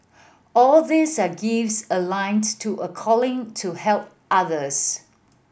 all these are gifts aligned to a calling to help others